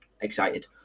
excited